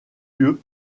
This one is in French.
lieu